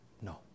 No